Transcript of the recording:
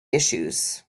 issues